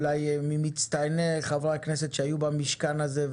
אולי ממצטייני חברי הכנסת שהיו במשכן הזה,